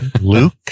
Luke